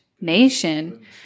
nation